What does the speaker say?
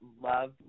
love